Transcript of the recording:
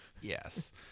yes